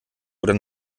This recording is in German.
oder